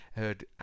Heard